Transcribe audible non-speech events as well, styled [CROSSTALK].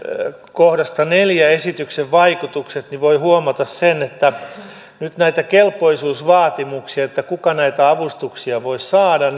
kohdan neljä esityksen vaikutukset niin voi huomata sen että nyt näitä kelpoisuusvaatimuksia kuka näitä avustuksia voi saada [UNINTELLIGIBLE]